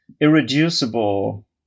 irreducible